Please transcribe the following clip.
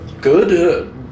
good